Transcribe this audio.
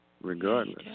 Regardless